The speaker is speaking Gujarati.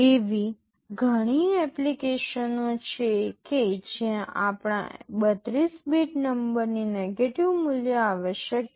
એવી ઘણી એપ્લિકેશનો છે કે જ્યાં આપણા 32 બીટ નંબરની નેગેટિવ મૂલ્ય આવશ્યક છે